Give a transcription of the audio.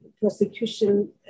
prosecution